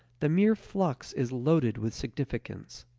the mere flux is loaded with significance.